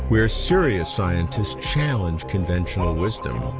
where serious scientists challenge conventional wisdom.